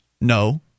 No